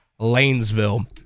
Lanesville